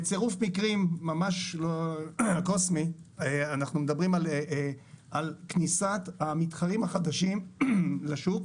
בצירוף מקרים ממש קוסמי אנחנו מדברים על כניסת המתחרים החדשים לשוק,